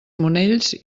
monells